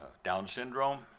down syndrome,